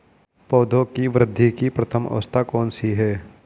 पौधों की वृद्धि की प्रथम अवस्था कौन सी है?